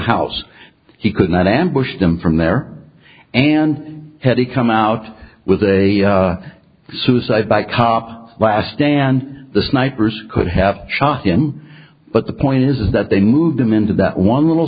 house he could not ambush them from there and had to come out with a suicide by cop last stand the snipers could have shot him but the point is that they moved him into that one little